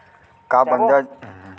का बंजर जमीन म घलो खेती कर सकथन का?